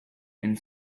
and